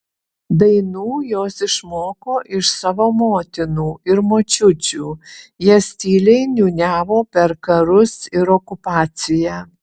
dainų jos išmoko iš savo motinų ir močiučių jas tyliai niūniavo per karus ir okupaciją